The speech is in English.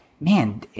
man